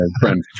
friend